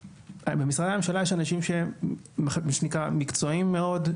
במשרדי הממשלה יש אנשים שהם מקצועיים מאוד,